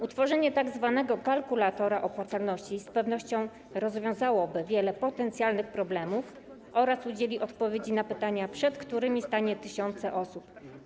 Utworzenie tzw. kalkulatora opłacalności z pewnością rozwiązałoby wiele potencjalnych problemów oraz udzieliło odpowiedzi na pytania, przed którymi stanie tysiące osób.